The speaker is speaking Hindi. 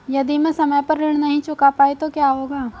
यदि मैं समय पर ऋण नहीं चुका पाई तो क्या होगा?